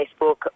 Facebook